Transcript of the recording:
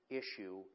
issue